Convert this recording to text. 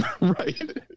Right